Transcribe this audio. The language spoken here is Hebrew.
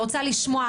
אני רוצה לשמוע.